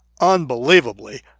Unbelievably